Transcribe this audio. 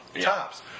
tops